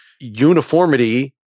uniformity